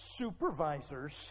supervisors